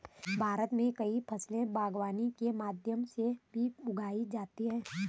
भारत मे कई फसले बागवानी के माध्यम से भी उगाई जाती है